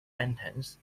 sentence